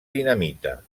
dinamita